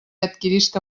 adquirisca